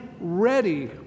ready